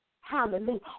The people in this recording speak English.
Hallelujah